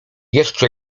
jeszcze